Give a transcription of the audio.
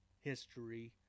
history